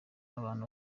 n’abantu